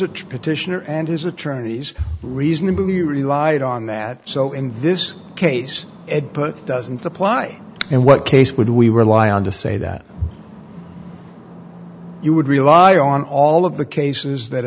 true petitioner and his attorneys reasonably relied on that so in this case it put doesn't apply and what case would we rely on to say that you would rely on all of the cases that